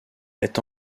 est